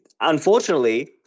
unfortunately